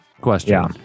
question